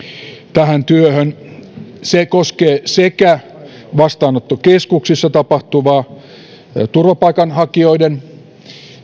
tähän työhön se koskee sekä vastaanottokeskuksissa tapahtuvaa turvapaikanhakijoiden